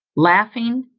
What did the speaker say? laughing,